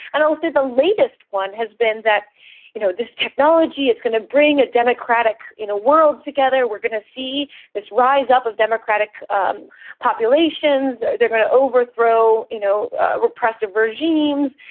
and obviously the latest one has been that you know this technology, it's going to bring a democratic world together. we're going to see this rise up of democratic um populations, they're going to overthrow you know repressive regimes,